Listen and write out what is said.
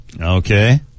okay